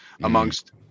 amongst